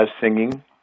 singing